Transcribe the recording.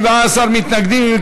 17 מתנגדים.